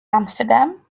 amsterdam